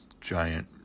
giant